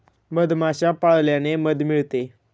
मधमाश्या पाळल्याने मध मिळते